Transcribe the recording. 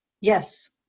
yes